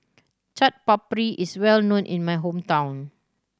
Chaat Papri is well known in my hometown